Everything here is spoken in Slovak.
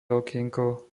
okienko